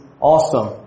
awesome